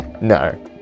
No